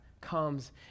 comes